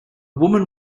woman